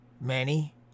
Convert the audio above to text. manny